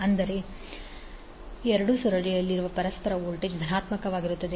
ಅಂದರೆ ಎರಡೂ ಸುರುಳಿಯಲ್ಲಿರುವ ಪರಸ್ಪರ ವೋಲ್ಟೇಜ್ ಧನಾತ್ಮಕವಾಗಿರುತ್ತದೆ